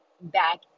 back